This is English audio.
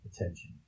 attention